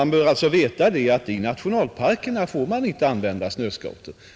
Man skall alltså veta att i nationalparkerna får inga andra använda snöskotrar.